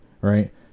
right